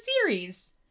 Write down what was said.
series